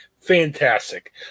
Fantastic